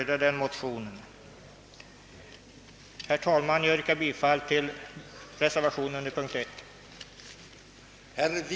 Jag yrkar bifall till reservation I.